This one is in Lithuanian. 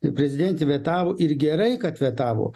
ir prezidentė vetavo ir gerai kad vetavo